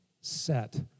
set